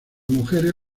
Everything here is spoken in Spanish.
mujeres